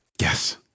yes